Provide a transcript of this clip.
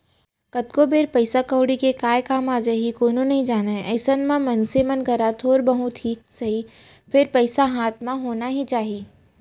कतको बेर पइसा कउड़ी के काय काम आ जाही कोनो नइ जानय अइसन म मनसे मन करा थोक बहुत ही सही फेर पइसा हाथ म होना ही चाही